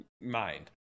mind